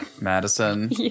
Madison